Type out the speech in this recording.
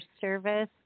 service